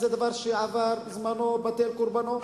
זה דבר שעבר זמנו, בטל קורבנו.